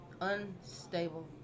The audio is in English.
Unstable